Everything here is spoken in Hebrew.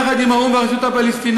יחד עם האו"ם והרשות הפלסטינית,